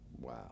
Wow